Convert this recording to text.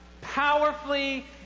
powerfully